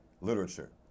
literature